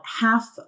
half